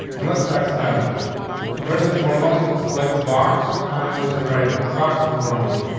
and let's start styling the first and foremost let's select barks on was in the right box number one.